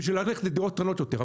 בשביל ללכת לדירות קטנות יותר.